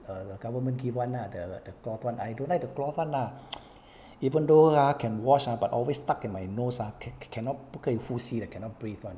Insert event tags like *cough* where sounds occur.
err the government give one lah the the cloth [one] I don't like the cloth [one] lah *noise* even though lah can wash ah but always stuck in my nose ah can cannot 不可以呼吸的 cannot breathe [one]